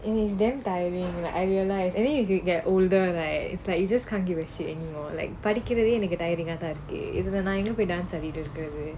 in its damn tiring like I realise and then you as you get older they it's like you just can't give it anymore like particularly in a good idea that either the nine we dance at edith graduate